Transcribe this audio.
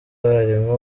barimo